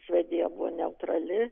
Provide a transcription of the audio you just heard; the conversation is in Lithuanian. švedija buvo neutrali